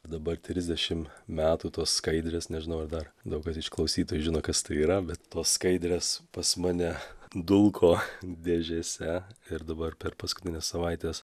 dabar trisdešim metų tos skaidrės nežinau ar dar daug kas iš klausytojų žino kas tai yra bet tos skaidrės pas mane dulko dėžėse ir dabar per paskutines savaites